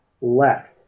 left